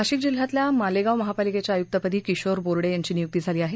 नाशिक जिल्ह्यातल्या मालेगाव महापालिकेच्या आयुर्कपदी किशोर बोर्डे यांची नियुक्ती झाली आहे